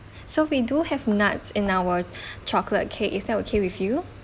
so we do have nuts in our chocolate cake is that okay with you